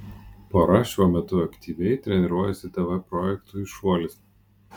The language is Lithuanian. pora šiuo metu aktyviai treniruojasi tv projektui šuolis